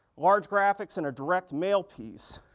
large graphics, and a direct mail piece.